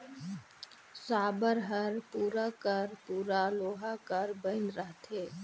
साबर हर पूरा कर पूरा लोहा कर बइन रहथे